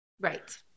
right